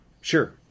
Sure